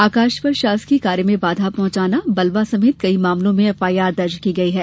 आकाश पर शासकीय कार्य में बाधा पहुंचाना बलवा समेत कई मामलों में एफआईआर दर्ज की गई है